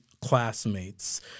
classmates